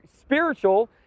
spiritual